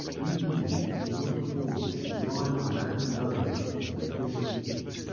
these were men who could not afford to rely on the land alone as a source of income.